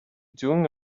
doing